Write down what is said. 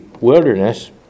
wilderness